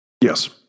Yes